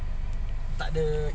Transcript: kau punya apa